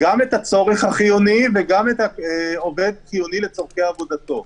גם אם הצורך הוא חיוני וגם אם העובד חיוני לצרכי עבודתו.